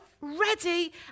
ready